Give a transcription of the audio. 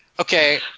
okay